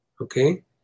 Okay